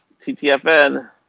TTFN